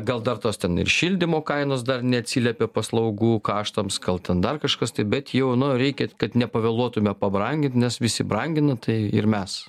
gal dar tos ten ir šildymo kainos dar neatsiliepė paslaugų kaštams gal ten dar kažkas tai bet jau nu reikia kad nepavėluotume pabrangint nes visi brangina tai ir mes